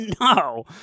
no